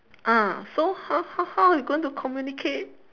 ah so how how how you going to communicate